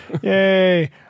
Yay